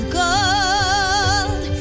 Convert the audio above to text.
gold